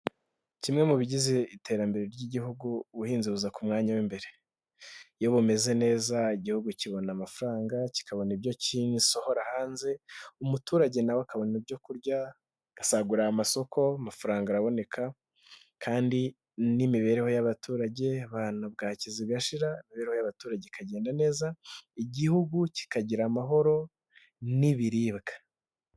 Kimwe mu bigize iterambere ry'Igihugu, ubuhinzi buza ku mwanya w'imbere. Iyo bumeze neza: Igihugu kibona amafaranga, kikabona ibyo gisohora hanze, umuturage nawe akabona ibyo kurya, agasagurira amasoko, amafaranga araboneka kandi n'imibereho y'abaturage, abana bwaki zigashira, imibereho y' abaturage ikagenda neza. Igihugu kikagira amahoro n'ibiribwa.